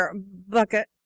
bucket